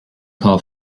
call